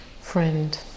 friend